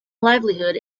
livelihood